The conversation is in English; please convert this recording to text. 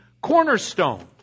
cornerstone